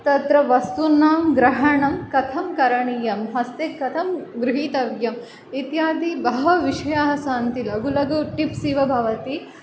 तत्र वस्तूनां ग्रहणं कथं करणीयं हस्ते कथं गृहीतव्यम् इत्यादि बहव विषयाः सन्ति लघु लघु टिप्स् इव भवति